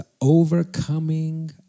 overcoming